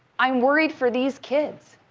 i'm worried for these kids